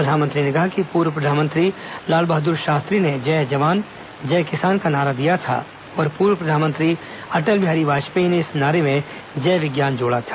प्रधानमंत्री ने कहा कि पूर्व प्रधानमंत्री लाल बहाद्र शास्त्री ने जय जवान जय किसान का नारा दिया था और पूर्व प्रधानमंत्री अटल बिहारी वाजपेयी ने इस नारे में जय विज्ञान जोड़ा था